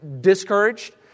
discouraged